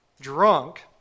drunk